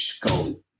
go